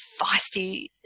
feisty